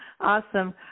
Awesome